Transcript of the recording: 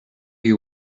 you